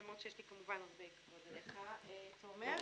למרות שיש לי כמובן הרבה כבוד אליך, תומר.